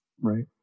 Right